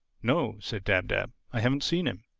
no, said dab-dab, i haven't seen him.